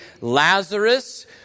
Lazarus